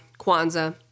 Kwanzaa